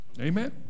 Amen